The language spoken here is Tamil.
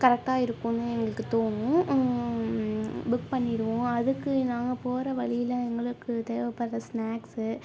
கரெக்ட்டாக இருக்கும்னு எங்களுக்கு தோணும் புக் பண்ணிருவோம் அதுக்கு நாங்கள் போகற வழியில எங்களுக்கு தேவைப்படுற ஸ்நாக்ஸு